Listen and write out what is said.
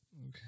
Okay